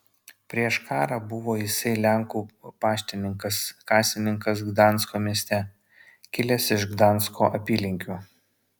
prieš karą buvo jisai lenkų paštininkas kasininkas gdansko mieste kilęs iš gdansko apylinkių